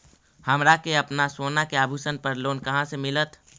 हमरा के अपना सोना के आभूषण पर लोन कहाँ से मिलत?